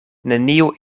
neniu